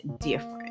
different